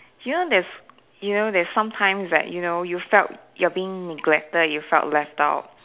you know there's you know there's sometimes like you know you felt you're being neglected you felt left out